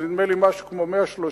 נדמה לי שזה משהו כמו 130,